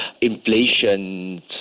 inflation